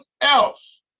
else